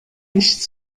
nicht